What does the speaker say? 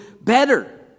better